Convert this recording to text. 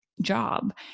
job